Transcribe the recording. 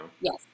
Yes